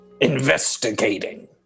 investigating